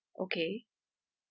okay